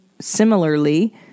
similarly